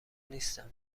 نیستم